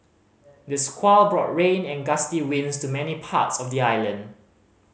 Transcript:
the squall brought rain and gusty winds to many parts of the island